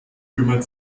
kümmert